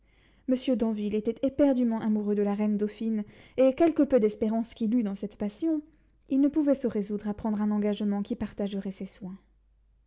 monsieur d'anville était éperdument amoureux de la reine dauphine et quelque peu d'espérance qu'il eût dans cette passion il ne pouvait se résoudre à prendre un engagement qui partagerait ses soins